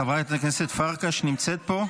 חברת הכנסת פרקש נמצאת פה?